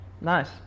Nice